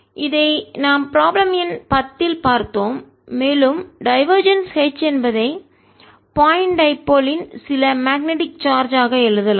இதை நாம் ப்ராப்ளம் எண் 10 இல் பார்த்தோம் மேலும் டைவர்ஜென்ஸ் H என்பதை பாயிண்ட் டைபோல் புள்ளி இருமுனை யின் சில மேக்னெட்டிக் சார்ஜ் ஆக எழுதலாம்